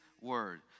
Word